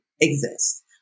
exist